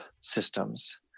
systems